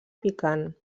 picant